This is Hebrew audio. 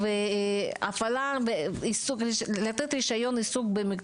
הרפואה ואיכות הטיפול.